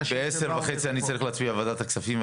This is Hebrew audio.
ב-10:30 אני צריך להצביע בוועדת הכספים,